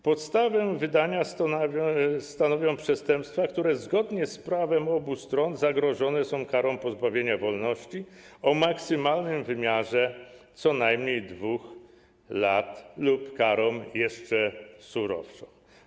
Podstawę wydania stanowią przestępstwa, które zgodnie z prawem obu stron zagrożone są karą pozbawienia wolności o maksymalnym wymiarze co najmniej 2 lat lub karą jeszcze surowszą.